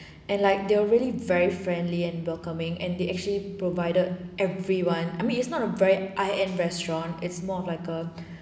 and like they are really very friendly and welcoming and they actually provided everyone I mean it's not a very high end restaurant is more of like a